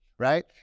Right